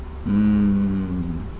mm